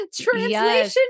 translation